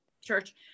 church